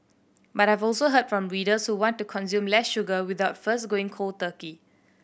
but I have also heard from readers who want to consume less sugar without first going cold turkey